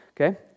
Okay